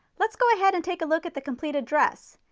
let's go ahead and take a look at the completed dress,